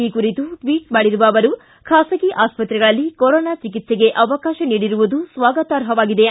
ಈ ಕುರಿತು ಟ್ವೀಟ್ ಮಾಡಿರುವ ಅವರು ಖಾಸಗಿ ಆಸ್ಪತ್ರೆಗಳಲ್ಲಿ ಕೊರೊನಾ ಚಿಕ್ಲೆಗೆ ಅವಕಾಶ ನೀಡಿರುವುದು ಸ್ಟಾಗತಾರ್ಹ ಕ್ರಮ